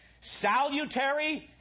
Salutary